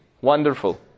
wonderful